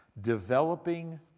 Developing